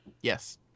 Yes